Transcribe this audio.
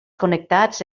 connectats